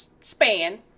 span